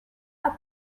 are